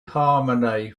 harmony